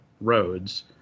roads